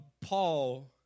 Paul